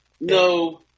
No